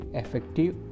effective